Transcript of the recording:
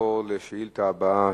נעבור לשאילתא הבאה,